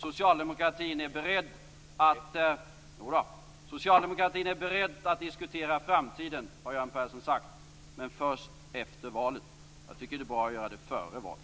Socialdemokratin är beredd att diskutera framtiden, har Göran Persson sagt, men först efter valet. Jag tycker att det är bra att göra det före valet.